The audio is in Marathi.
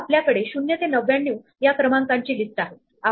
आपण वेगळ्या प्रकारे पाहूया जिथे आपण अनुक्रम मॅनिप्युलेट करू शकतो